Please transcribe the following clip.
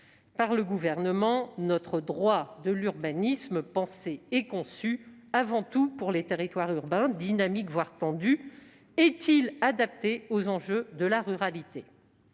par le Gouvernement : notre droit de l'urbanisme, pensé et conçu avant tout pour les territoires urbains et dynamiques, voire pour les zones tendues, est-il adapté aux enjeux de la ruralité ?